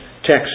text